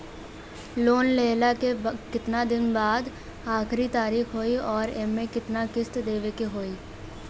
Loan लेहला के कितना दिन के बाद आखिर तारीख होई अउर एमे कितना किस्त देवे के होई?